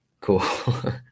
Cool